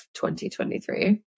2023